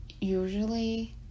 usually